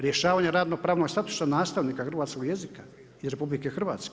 Rješavanja radno pravnog statusa nastavnika hrvatskog jezika iz RH.